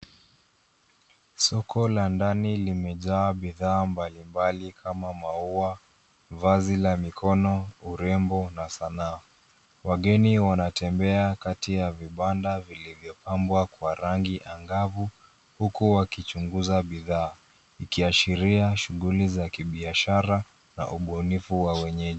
Soko la ndani limejaa bidhaa mbali mbali, kama maua, vazi la mikono, urembo, na sanaa. Wageni wanatembea kati ya vibanda vilivyopambwa kwa rangi angavu, huku wakichunguza bidhaa, ikiashiria shughuli za kibiashara na ubunifu wa wenyeji.